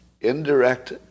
Indirect